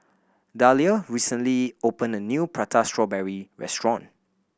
Dalia recently opened a new Prata Strawberry restaurant